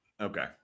Okay